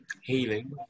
healing